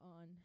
on